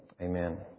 Amen